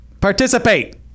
Participate